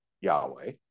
Yahweh